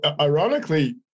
ironically